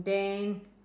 then